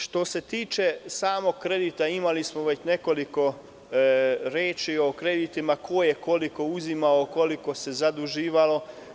Što se stiče samog kredita, imali smo već nekoliko reči o kreditima ko je koliko uzimao, koliko se zaduživalo.